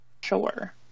sure